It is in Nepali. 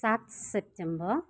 सात सेप्टेम्बर